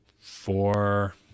four